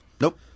nope